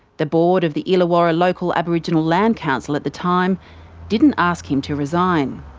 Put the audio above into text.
the board of the illawarra local aboriginal land council at the time didn't ask him to resign.